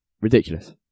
Ridiculous